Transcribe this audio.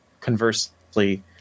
conversely